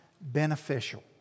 beneficial